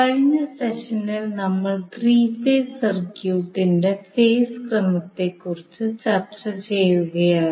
കഴിഞ്ഞ സെഷനിൽ നമ്മൾ ത്രീ ഫേസ് സർക്യൂട്ടിന്റെ ഫേസ് ക്രമത്തെക്കുറിച്ച് ചർച്ച ചെയ്യുകയായിരുന്നു